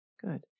Good